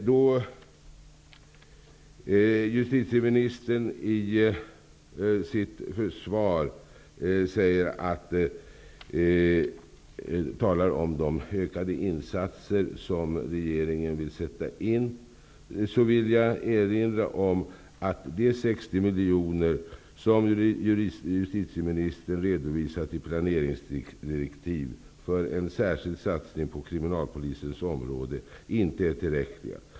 Då justitieministern i sitt svar talar om de ökade insatser som regeringen vill sätta in, vill jag erinra om att de 60 miljoner som justitieministern redovisat i planeringsdirektiv för en särskild satsning på Kriminalpolisens område inte är tillräckliga.